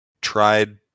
tried